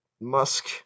Musk